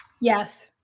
Yes